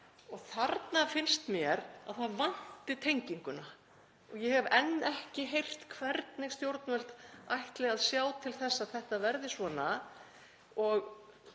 Þarna finnst mér að það vanti tenginguna. Ég hef enn ekki heyrt hvernig stjórnvöld ætla að sjá til þess að þetta verði svona. Ég